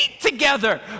together